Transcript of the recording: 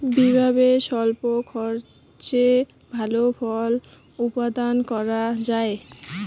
কিভাবে স্বল্প খরচে ভালো ফল উৎপাদন করা যায়?